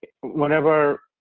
whenever